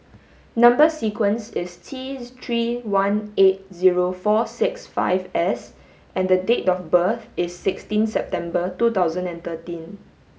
number sequence is T three one eight zero four six five S and the date of birth is sixteen September two thousand and thirteen